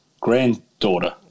granddaughter